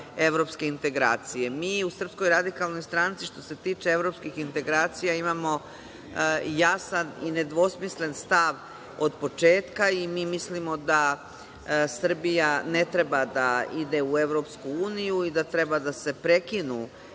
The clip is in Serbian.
evropske integracije. Mi u SRS što se tiče evropskih integracija imamo jasan i nedvosmislen stav od početka i mislimo da Srbija ne treba da ide u Evropsku uniju i da treba da se prekinu